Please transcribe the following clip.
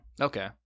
Okay